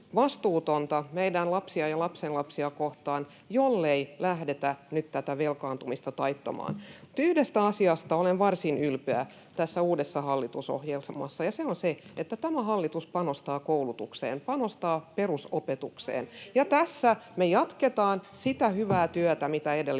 vastuutonta meidän lapsia ja lapsenlapsia kohtaan, jollei lähdetä nyt tätä velkaantumista taittamaan. Yhdestä asiasta olen varsin ylpeä tässä uudessa hallitusohjelmassa, ja se on se, että tämä hallitus panostaa koulutukseen, panostaa perusopetukseen, ja tässä me jatketaan sitä hyvää työtä, mitä edellinen